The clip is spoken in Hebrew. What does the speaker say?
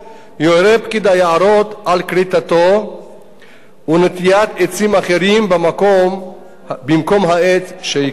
יורה פקיד היערות על כריתתו ונטיעת עצים אחרים במקום העץ שייכרת.